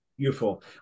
Beautiful